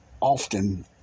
often